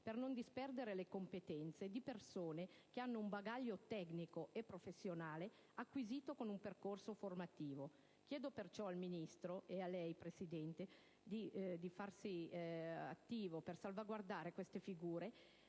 per non disperdere le competenze, su persone che hanno un bagaglio tecnico e professionale acquisito con un percorso formativo. Chiedo perciò al Ministro e a lei, signor Presidente, di farsi parte attiva per salvaguardare queste figure